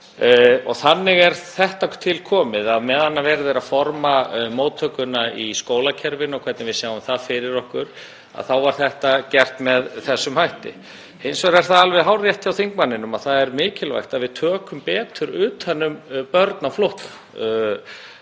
Þannig er þetta til komið. Meðan verið er að forma móttökuna í skólakerfinu og hvernig við sjáum það fyrir okkur er þetta gert með þessum hætti. Hins vegar er það alveg hárrétt hjá þingmanninum að það er mikilvægt að við tökum betur utan um börn á flótta